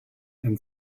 and